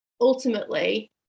ultimately